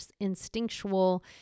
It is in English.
instinctual